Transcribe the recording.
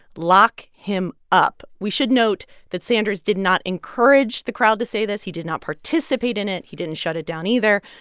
lock him up. we should note that sanders did not encourage the crowd to say this. he did not participate in it. he didn't shut it down, either.